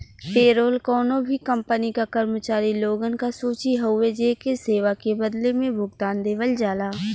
payroll कउनो भी company क कर्मचारी लोगन क सूची हउवे जेके सेवा के बदले में भुगतान देवल जाला